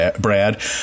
Brad